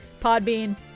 Podbean